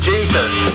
Jesus